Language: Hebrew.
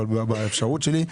אבל באפשרות שלי,